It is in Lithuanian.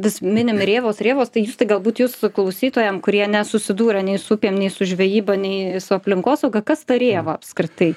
vis minim rėvos rėvos tai galbūt jūs klausytojam kurie nesusidūrę nei su upėm nei su žvejyba nei su aplinkosauga kas ta rėva apskritai